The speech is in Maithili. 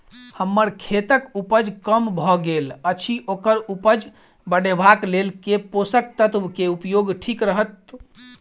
हम्मर खेतक उपज कम भऽ गेल अछि ओकर उपज बढ़ेबाक लेल केँ पोसक तत्व केँ उपयोग ठीक रहत?